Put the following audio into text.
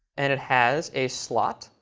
and it has a slot,